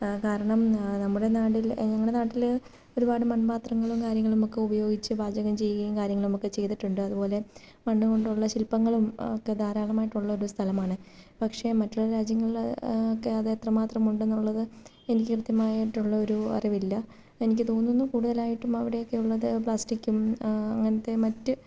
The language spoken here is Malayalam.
കാരണം നമ്മുടെ നാടില് ഞങ്ങളുടെ നാട്ടില് ഒരുപാട് മൺപാത്രങ്ങളും കാര്യങ്ങളുമൊക്കെ ഉപയോഗിച്ച് പാചകം ചെയ്യുകയും കാര്യങ്ങളുമൊക്കെ ചെയ്തിട്ടുണ്ട് അതുപോലെ മണ്ണ് കൊണ്ടുള്ള ശില്പങ്ങളും ഒക്കെ ധാരാളമായിട്ടുള്ള ഒരു സ്ഥലമാണ് പക്ഷേ മറ്റുള്ള രാജ്യങ്ങളിൽ ഒക്കെ അത് എത്രമാത്രം ഉണ്ടെന്നുള്ളത് എനിക്ക് കൃത്യമായിട്ടുള്ള ഒരു അറിവില്ല എനിക്ക് തോന്നുന്നു കൂടുതലായിട്ടും അവിടെയൊക്കെയുള്ളത് പ്ലാസ്റ്റിക്കും അങ്ങനത്തെ മറ്റ്